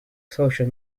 social